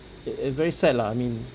it it very sad lah I mean